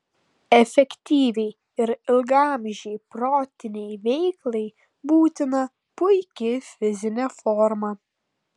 efektyviai ir ilgaamžei protinei veiklai būtina puiki fizinė forma